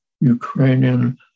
Ukrainian